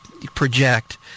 project